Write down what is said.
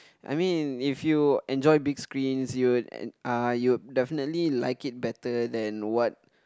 I mean if you enjoy big screens you would uh you'll definitely like it better than what